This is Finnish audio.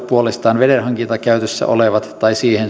puolestaan vedenhankintakäytössä olevia tai siihen